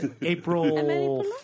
April